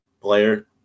player